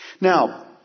Now